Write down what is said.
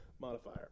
modifier